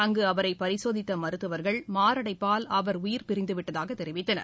அங்கு அவரை பரிசோதித்த மருத்துவர்கள் மாரடைப்பால் அவரது உயிர் பிரிந்து விட்டதாகத் தெரிவித்தனர்